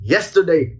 Yesterday